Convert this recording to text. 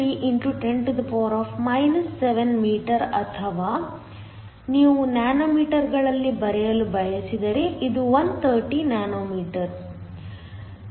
3 x 10 7 m ಅಥವಾ ನೀವು ನ್ಯಾನೊಮೀಟರ್ಗಳಲ್ಲಿ ಬರೆಯಲು ಬಯಸಿದರೆ ಇದು 130 ನ್ಯಾನೊಮೀಟರ್